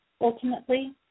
Ultimately